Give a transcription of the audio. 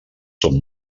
són